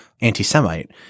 anti-Semite